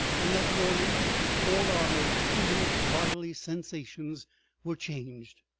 and that morning all our most intimate bodily sensations were changed.